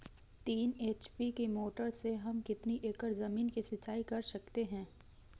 तीन एच.पी की मोटर से हम कितनी एकड़ ज़मीन की सिंचाई कर सकते हैं?